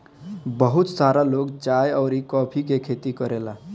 बहुत सारा लोग चाय अउरी कॉफ़ी के खेती करेला